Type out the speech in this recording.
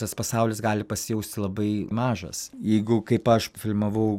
tas pasaulis gali pasijausti labai mažas jeigu kaip aš filmavau